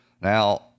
Now